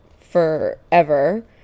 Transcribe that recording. forever